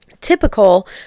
typical